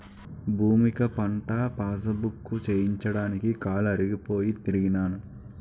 భూమిక patta passbook చేయించడానికి కాలు అరిగిపోయి తిరిగినాను